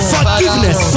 Forgiveness